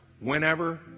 whenever